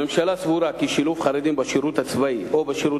הממשלה סבורה כי שילוב חרדים בשירות הצבאי או בשירות